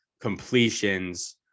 completions